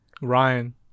Ryan